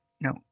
No